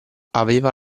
aveva